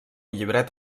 llibret